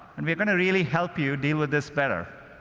and we're going to really help you deal with this better.